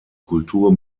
kultur